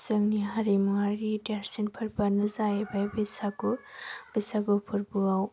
जोंनि हारिमुवारि देरसिन फोरबोआनो जाहैबाय बैसागु बैसागु फोरबोआव